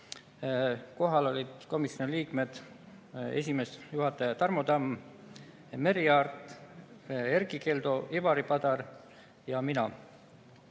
Kohal olid komisjoni liikmed: esimees, juhataja Tarmo Tamm, Merry Aart, Erkki Keldo, Ivari Padar ja mina.